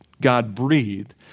God-breathed